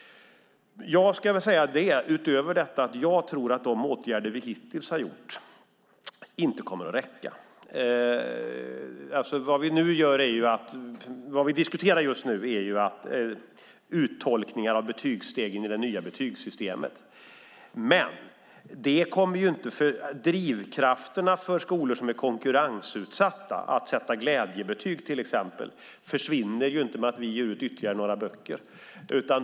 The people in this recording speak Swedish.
Utöver detta kan jag säga att jag tror att de åtgärder vi hittills har vidtagit inte kommer att räcka. Vad vi diskuterar just nu är uttolkningar av betygsstegen i det nya betygssystemet. Men drivkrafterna för skolor som är konkurrensutsatta till att exempelvis sätta glädjebetyg försvinner inte genom att vi ger ut ytterligare några böcker.